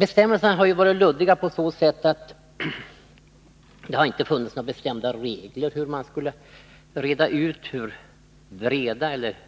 Bestämmelserna har varit luddiga på så sätt att det inte har funnits några bestämda regler för utredande av hur breda eller